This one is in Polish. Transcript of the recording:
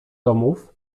domów